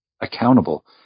accountable